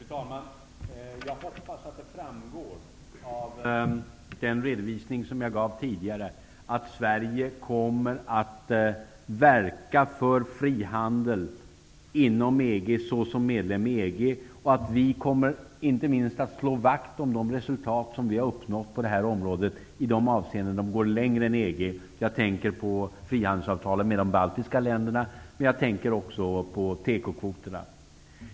Fru talman! Jag hoppas att det framgår av den redovisning som jag gav tidigare att Sverige kommer att verka för frihandel inom EG såsom medlem i EG, och att vi inte minst kommer att slå vakt om de resultat som vi har uppnått på detta område i de avseenden där vi går längre än EG. Jag tänker på frihandelsavtalen med de baltiska länderna, och jag tänker på tekokvoterna.